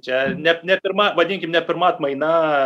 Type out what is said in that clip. čia ne ne pirma vadinkim nepirma atmaina